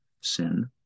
sin